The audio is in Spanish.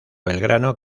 belgrano